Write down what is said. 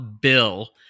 bill